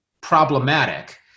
problematic